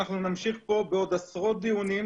אנחנו נמשיך פה בעוד עשרות דיונים,